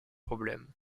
problème